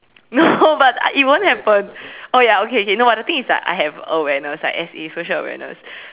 no but it won't happen oh ya okay okay the thing is I have awareness like S_A social awareness